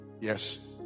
yes